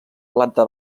planta